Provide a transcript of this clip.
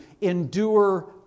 endure